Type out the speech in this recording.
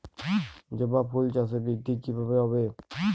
জবা ফুল চাষে বৃদ্ধি কিভাবে হবে?